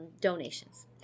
donations